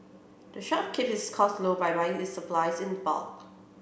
the shop keep its costs low by buying its supplies in bulk